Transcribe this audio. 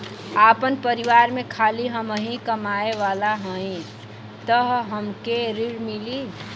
आपन परिवार में खाली हमहीं कमाये वाला हई तह हमके ऋण मिली?